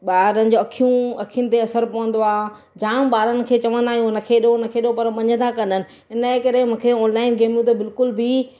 ॿार जूं अखियूं अखियुनि ते असरु पवंदो आहे जा ॿारनि खे चवंदा आहियूं न खेॾो न खेॾो पर मञंदा कान आहिनि इनजे करे मूंखे ऑनलाइन गेम्यूं त बिल्कुलु बि